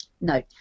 No